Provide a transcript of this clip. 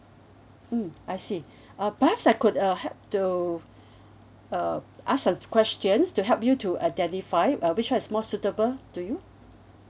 mm I see uh perhaps I could uh help to uh ask some questions to help you to identify uh which one is more suitable to you